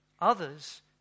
Others